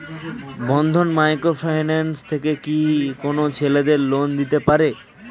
বন্ধন micro finance থেকে কি কোন ছেলেদের লোন দিতে পারে?